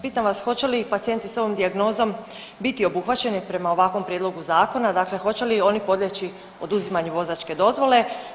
Pitam vas, hoće li pacijenti s ovom dijagnozom biti obuhvaćeni prema ovakvom prijedlogu Zakona, dakle hoće li oni podlijeći oduzimaju vozačke dozvole?